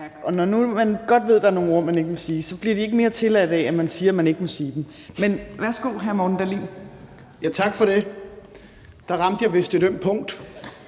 Og når nu man godt ved, hvad for nogle ord man ikke må sige, så bliver de ikke mere tilladte af, at man siger, man ikke må sige dem. Men værsgo, hr. Morten Dahlin. Kl. 12:41 Morten Dahlin (V): Tak for det. Der ramte jeg vist et ømt punkt.